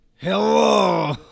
Hello